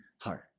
heart